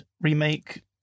remake